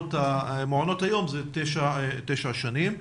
בנסיבות מעונות היום, הוא תשע שנים.